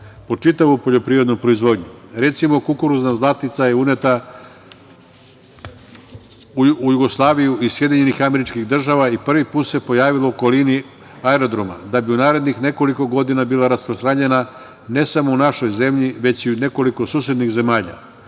po čitavu poljoprivrednu proizvodnju. Recimo, kukuruzna zlatica je uneta u Jugoslaviju iz SAD i prvi put se pojavila u okolini aerodroma, da bi u narednih nekoliko godina bila rasprostranjena ne samo u našoj zemlji, već i u nekoliko susednih zemalja